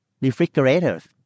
refrigerators